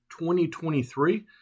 2023